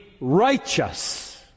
righteous